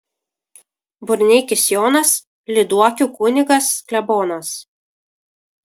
burneikis jonas lyduokių kunigas klebonas